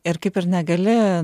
ir kaip ir negali